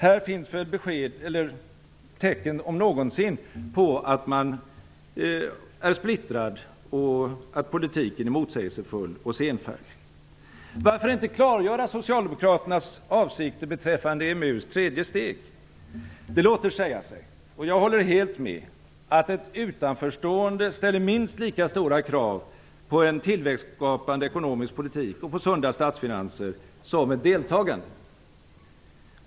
Här finns tecken, om någonsin, på att man är splittrad och på att politiken är motsägelsefull och senfärdig. Varför inte klargöra Socialdemokraternas avsikter beträffande EMU:s tredje steg? Det låter säga sig. Och jag håller helt med om att ett utanförstående ställer minst lika stora krav på en tillväxtskapande ekonomisk politik och på sunda statsfinanser som ett deltagande.